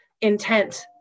intent